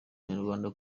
abanyarwanda